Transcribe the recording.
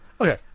Okay